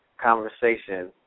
conversation